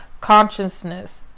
consciousness